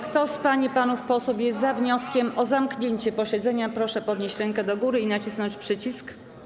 Kto z pań i panów posłów jest za wnioskiem o zamknięcie posiedzenia, proszę podnieść rękę i nacisnąć przycisk.